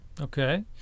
Okay